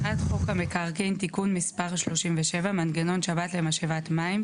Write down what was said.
הצעת חוק המקרקעין (תיקון מס' 37) (מנגנון שבת למשאבת מים),